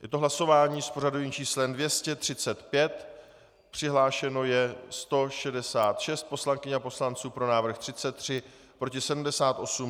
Je to hlasování s pořadovým číslem 235, přihlášeno je 166 poslankyň a poslanců, pro návrh 33, proti 78.